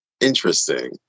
Interesting